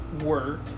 work